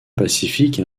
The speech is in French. pacifique